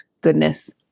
goodness